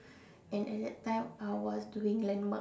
and at that time I was doing landmark